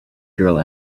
girl